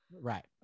right